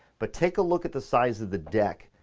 but take a look at the size of the deck,